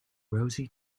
rosie